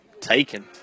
Taken